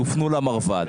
יופנו למרב"ד.